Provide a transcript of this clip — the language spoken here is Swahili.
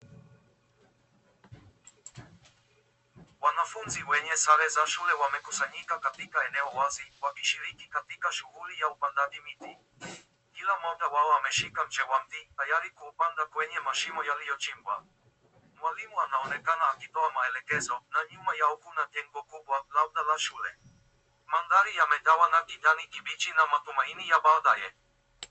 Wanafunzi wenye sare za shule wamekusanyika katika eneo wazi wakishiriki katika shughuli ya upandaji miti. Kila mmoja wao ameshika mche wa mti tayari kupanda kwenye mashimo yaliyo chimbwa. Mwalimu anaonekana akitoa maelekezo na nyuma yao kuna jengo kubwa labda la shule. Mandhari yamejawa na kijani kibichi na matumaini ya baadae.